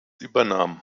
übernahm